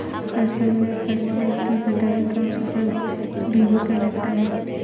असम में फसलों की कटाई का उत्सव बीहू कहलाता है